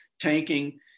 tanking